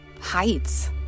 heights